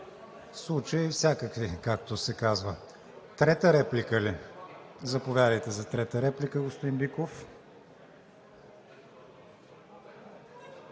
Случаи всякакви, както се казва. Трета реплика ли? Заповядайте за трета реплика, господин Биков.